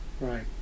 right